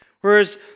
Whereas